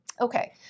Okay